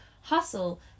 Hustle